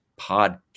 podcast